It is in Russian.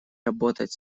работать